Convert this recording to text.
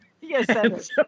Yes